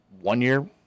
one-year